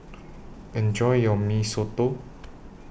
Enjoy your Mee Soto